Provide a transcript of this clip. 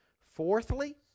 Fourthly